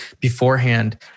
beforehand